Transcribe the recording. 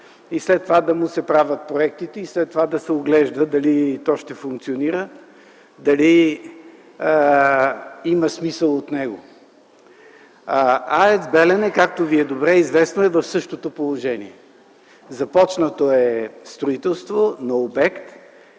след това да му се правят проектите, и след това да се оглежда дали то ще функционира и дали има смисъл от него. Както ви е добре известно АЕЦ „Белене”, е в същото положение. Започнато е строителство на обект,